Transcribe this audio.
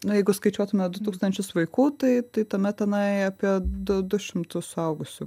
nu jeigu skaičiuotume du tūkstančius vaikų tai tai tuomet tenai apie du du šimtus suaugusių